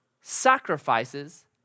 sacrifices